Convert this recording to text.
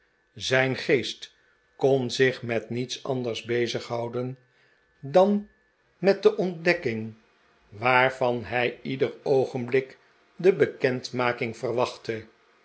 zijn geest kon zich met niets anders bezighouden dan met de ontdekking waarvan hij ieder oogenblik de bekendmaking verwachtte